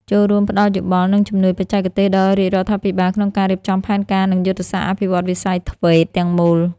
ចូលរួមផ្តល់យោបល់ និងជំនួយបច្ចេកទេសដល់រាជរដ្ឋាភិបាលក្នុងការរៀបចំផែនការ និងយុទ្ធសាស្ត្រអភិវឌ្ឍន៍វិស័យ ធ្វេត TVET ទាំងមូល។